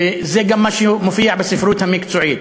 וזה גם מה שמופיע בספרות המקצועית.